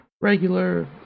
regular